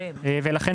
לכן,